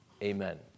Amen